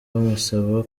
bamusaba